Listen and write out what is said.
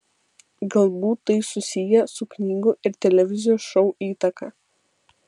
galbūt tai susiję su knygų ir televizijos šou įtaka